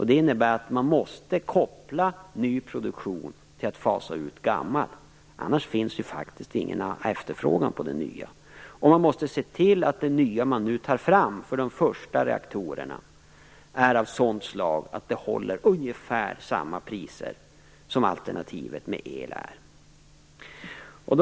Det innebär att man måste koppla ny produktion till en utfasning av den gamla. Annars finns det faktiskt ingen efterfrågan på den nya produktionen. Man måste också se till att det nya man nu tar fram för de första reaktorerna är av sådant slag att priserna blir ungefär desamma som för alternativet med el.